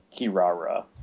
Kirara